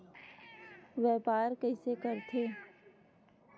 व्यापार कइसे करथे?